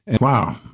wow